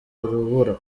rubura